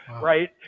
right